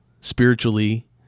spiritually